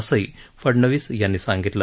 असही फडणवीस यांनी सांगितलं